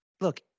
look